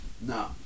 no